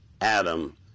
Adam